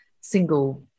single